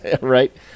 Right